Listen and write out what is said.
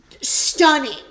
stunning